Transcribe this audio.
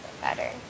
better